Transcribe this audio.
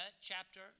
chapter